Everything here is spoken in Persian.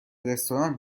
رستوران